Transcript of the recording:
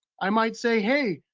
i might say, hey,